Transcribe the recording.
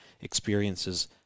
experiences